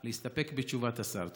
ולהסתפק בתשובת השר.